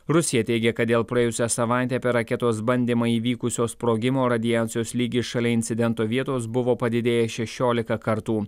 rusija teigia kad dėl praėjusią savaitę per raketos bandymą įvykusio sprogimo radiacijos lygis šalia incidento vietos buvo padidėjęs šešiolika kartų